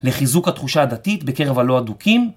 לחיזוק התחושה הדתית בקרב הלא הדוקים.